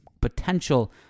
potential